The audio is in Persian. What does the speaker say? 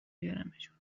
بیارمشون